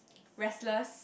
restless